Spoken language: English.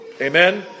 Amen